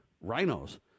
rhinos